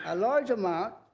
ah large amount,